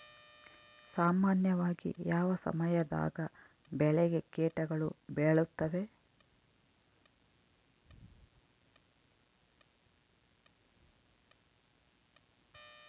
ಸಾಮಾನ್ಯವಾಗಿ ಯಾವ ಸಮಯದಾಗ ಬೆಳೆಗೆ ಕೇಟಗಳು ಬೇಳುತ್ತವೆ?